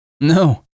No